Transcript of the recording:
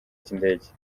cy’indege